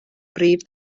brif